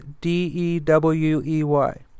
D-E-W-E-Y